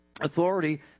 authority